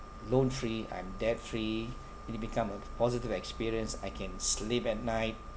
loan free I'm debt free it become a positive experience I can sleep at night